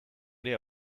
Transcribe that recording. ere